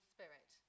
Spirit